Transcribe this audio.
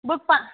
book பண்